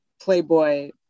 Playboy